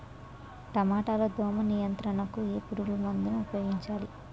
టమాటా లో దోమ నియంత్రణకు ఏ పురుగుమందును ఉపయోగించాలి?